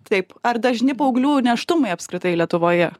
taip ar dažni paauglių nėštumai apskritai lietuvoje